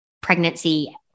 pregnancy